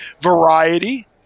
variety